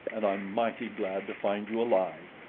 and i'm mighty glad to find you alive.